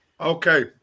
Okay